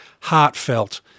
heartfelt